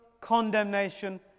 condemnation